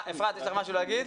אפרת, יש לך משהו לומר?